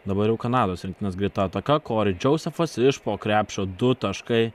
dabar jau kanados rinktinės greita ataka kori džiausefas iš po krepšio du taškai